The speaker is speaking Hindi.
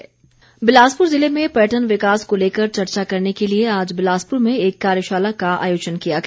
पर्यटन बिलासपुर ज़िले में पर्यटन विकास को लेकर चर्चा करने के लिए आज बिलासपुर में एक कार्यशाला का आयोजन किया गया